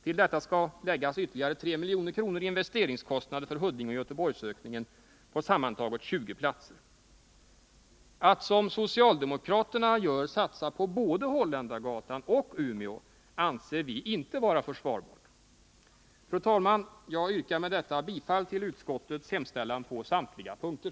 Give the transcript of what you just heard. Till detta skall läggas ytterligare 3 milj.kr. i investeringskostnader för ökningen i Huddinge och Göteborg på sammantaget 20 platser. Att som socialdemokraterna gör satsa på både Holländargatan och Umeå anser vi inte vara försvarbart. Fru talman! Jag yrkar med detta bifall till utskottets hemställan på samtliga punkter.